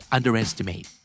Underestimate